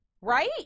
Right